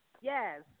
Yes